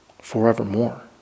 Forevermore